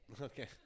Okay